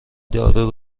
دارو